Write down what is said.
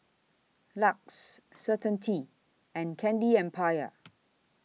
LUX Certainty and Candy Empire